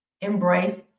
Embrace